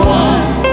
one